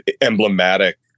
emblematic